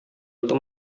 itu